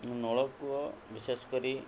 ମୁଁ ନଳକୂଅ ବିଶେଷ କରି